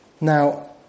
Now